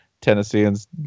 Tennesseans